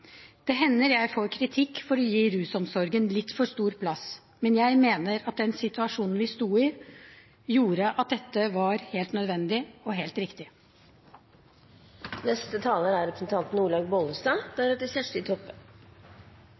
Det hender jeg får kritikk for å gi rusomsorgen litt for stor plass, men jeg mener at den situasjonen vi sto i, gjorde at dette var helt nødvendig og helt riktig. Hepatitt C er